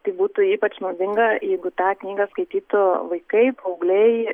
tai būtų ypač naudinga jeigu tą knygą skaitytų vaikai paaugliai